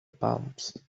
palms